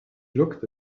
looked